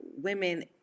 women